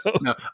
No